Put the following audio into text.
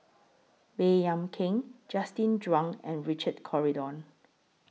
Baey Yam Keng Justin Zhuang and Richard Corridon